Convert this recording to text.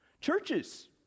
Churches